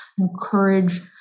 encourage